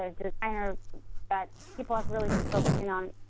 ah designer that people have really been focusing on